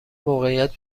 موقعیت